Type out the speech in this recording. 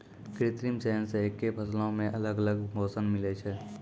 कृत्रिम चयन से एक्के फसलो मे अलग अलग पोषण मिलै छै